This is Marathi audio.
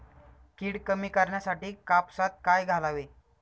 कीड कमी करण्यासाठी कापसात काय घालावे?